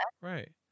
Right